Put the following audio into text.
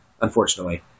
unfortunately